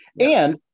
And-